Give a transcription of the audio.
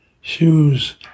Shoes